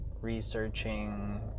researching